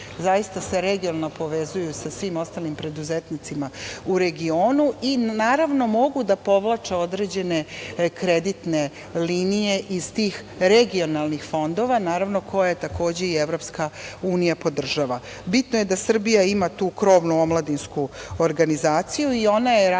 zaista se regionalno povezuju sa svim ostalim preduzetnicima u regionu i naravno, mogu da povlače određene kreditne linije iz tih regionalnih fondova, koje takođe i EU, podržava. Bitno je da Srbija ima tu krovnu omladinsku organizaciju i ona je radila